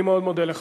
אני מאוד מודה לך.